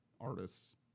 artists